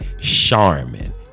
charmin